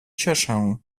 cieszę